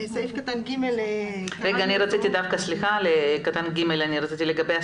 לגבי סעיף קטן (ג), לגבי השפות.